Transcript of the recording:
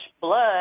blood